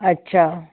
ਅੱਛਾ